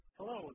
Hello